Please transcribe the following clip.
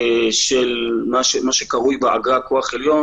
של מה שקרוי בעגה "כוח עליון",